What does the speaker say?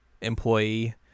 employee